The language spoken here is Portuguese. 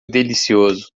delicioso